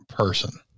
Person